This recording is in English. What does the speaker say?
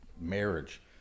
marriage